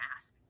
ask